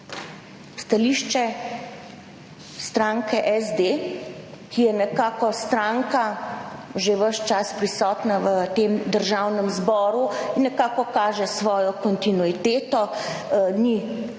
stališče stranke SD, ki je nekako stranka že ves čas prisotna v tem Državnem zboru in nekako kaže svojo kontinuiteto, ni ena